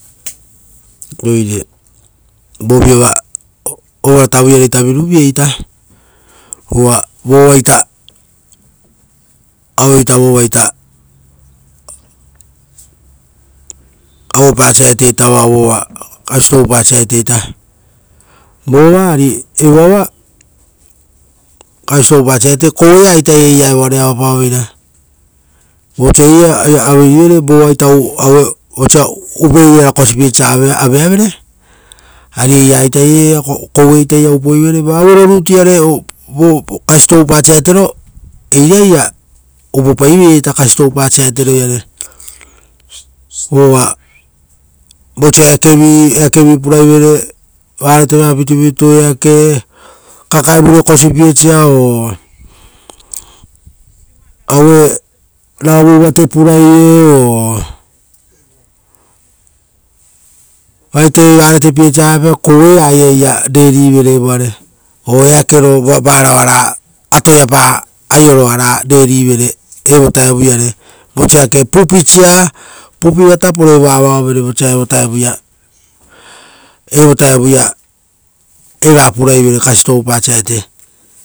Oire ovaratavuiareita, uva vovaita auepa varata vo tuariripa pitupituro iava, vova tuariripa pitupituro ari kouea eira ita iria evoare avapaoveira vosa upeirara kosipiesia auepavere. ari eira ita eira koue iria upoivere, auerorutuiare tuariripa pitupituro eira upo pai veira. Ora vosa eakevi puraivere riakova ora oirato upiepa pitupitu o-eake; kakae vure kosipiesia o, aue raovu vate purasia, kouea. Eira iria vatotopoivere evoare, ora eake, aioro varao atoiapa aioro oara vatotopoivere, ora vosa pupisia. Pupiva taporo evoa avaovere vosa eva tuariri papitupituro purapaivere.